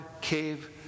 cave